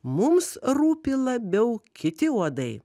mums rūpi labiau kiti uodai